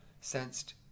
sensed